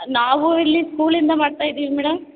ನಾವು ಇಲ್ಲಿ ಸ್ಕೂಲಿಂದ ಮಾಡ್ತಾ ಇದ್ದೀವಿ ಮೇಡಮ್